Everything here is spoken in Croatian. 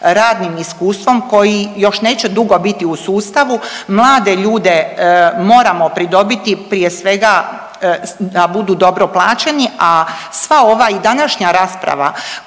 radnim iskustvom koji još neće dugo biti u sustavu, mlade ljude moramo pridobiti prije svega da budu dobro plaćeni, a sva ova i današnja rasprava